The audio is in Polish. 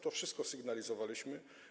To wszystko sygnalizowaliśmy.